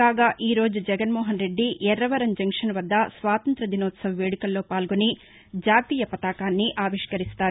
కాగా ఈ రోజు జగన్మోహన్రెడ్డి ఎర్రవరం జంక్షన్ వద్ద స్వాతంత్ర్య దినోత్సవ వేడుకల్లో పాల్గొని జాతీయ పతాకాన్ని ఆవిష్కరిస్తారు